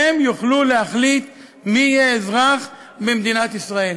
יוכלו להחליט מי יהיה אזרח במדינת ישראל.